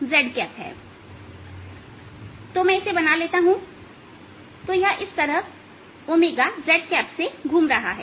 ठीक तो मैं इसे बना लेता हूं तो यह इस तरह z से घूम रहा है